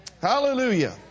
Hallelujah